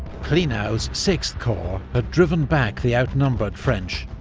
klenau's sixth korps had driven back the outnumbered french,